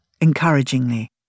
encouragingly